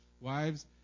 Wives